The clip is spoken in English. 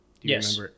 yes